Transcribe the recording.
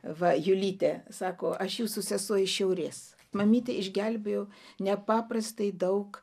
va julytė sako aš jūsų sesuo iš šiaurės mamytė išgelbėjo nepaprastai daug